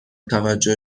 توجه